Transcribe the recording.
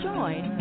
Join